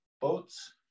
boats